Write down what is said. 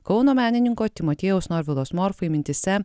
kauno menininko timotiejaus norvilos morfai mintyse